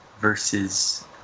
versus